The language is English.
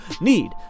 need